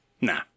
Nah